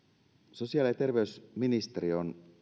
sosiaali ja terveysministeriö on